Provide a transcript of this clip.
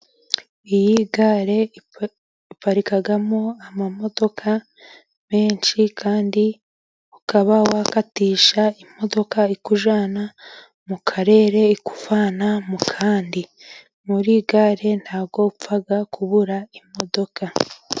Iyi gare iparikamo amamodoka menshi, kandi ukaba wakatisha imodoka ikujyana mu karere ikuvana mu kandi. Muri gare ntabwo upfa kubura imodoka.